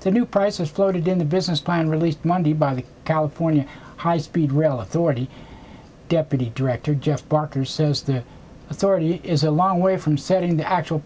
the new price was floated in the business plan released monday by the california high speed rail authority deputy director jeff barker says the authority is a long way from setting the actual